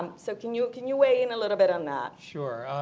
um so can you can you weigh in a little bit on that. sure.